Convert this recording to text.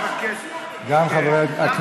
36,